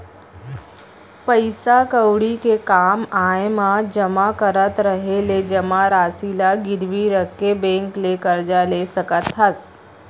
पइसा कउड़ी के काम आय म जमा करत रहें ले जमा रासि ल गिरवी रख के बेंक ले करजा ले सकत हस